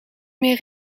meer